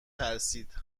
ترسید